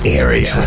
area